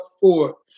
forth